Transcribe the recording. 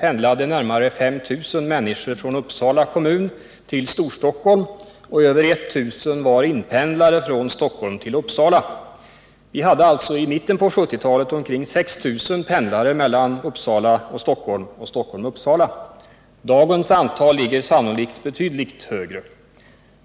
pendlade närmare 5 000 människor från Uppsala kommun till Storstockholm och över 1000 var inpendlare från Stockholm till Uppsala. Vi hade alltså i mitten på 1970-talet omkring 6 000 pendlare mellan Uppsala-Stockholm och Stockholm-Uppsala. Dagens antal ligger sannolikt betydligt högre.